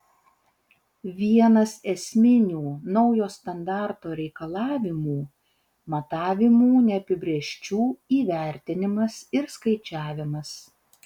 vienas esminių naujo standarto reikalavimų matavimų neapibrėžčių įvertinimas ir skaičiavimas